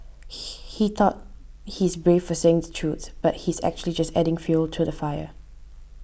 he thought he is brave for saying the truth but he is actually just adding fuel to the fire